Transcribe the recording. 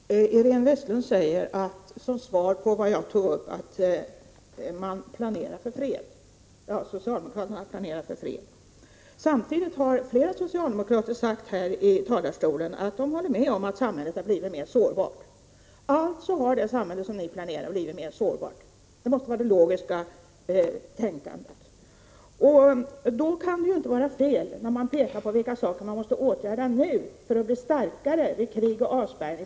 Herr talman! Iréne Vestlund säger, som svar på vad jag tog upp, att man planerar för fred — att socialdemokraterna planerar för fred. Flera socialdemokrater här i talarstolen har hållit med om att samhället har blivit mer sårbart. Alltså har det samhälle som ni planerar för blivit mer sårbart — det måste vara logiskt tänkt. Då kan det inte vara fel att peka på de saker som man måste åtgärda nu för att bli starkare vid krig och avspärrning.